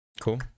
Cool